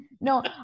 No